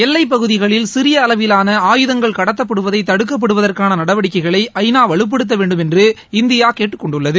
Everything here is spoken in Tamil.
எல்லைப்பகுதிகளில் சிறியஅளவிலான ஆயுதங்கள் கடத்தப்படுவதைதடுக்கப்படுவதற்கானநடவடிக்கைகளைஐநாவலுப்படுத்தவேண்டும் என்று இந்தியாகேட்டுக்கொண்டுள்ளது